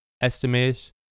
estimate